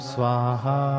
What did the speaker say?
Swaha